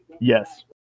Yes